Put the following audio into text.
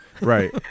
right